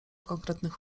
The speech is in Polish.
konkretnych